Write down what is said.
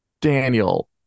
Daniel